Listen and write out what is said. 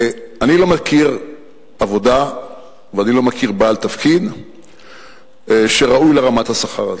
אני לא מכיר עבודה ואני לא מכיר בעל תפקיד שראוי לרמת השכר הזו.